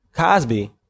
Cosby